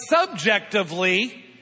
subjectively